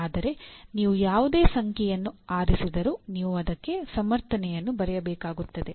ಆದರೆ ನೀವು ಯಾವುದೇ ಸಂಖ್ಯೆಯನ್ನು ಆರಿಸಿದರೂ ನೀವು ಅದಕ್ಕೆ ಸಮರ್ಥನೆಯನ್ನು ಬರೆಯಬೇಕಾಗುತ್ತದೆ